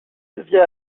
devient